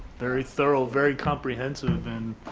very thorough, very comprehensive, and